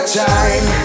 time